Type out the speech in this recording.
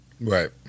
Right